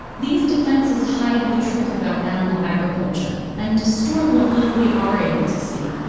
these defenses hide the truth about animal agriculture and distort what little we are able to see,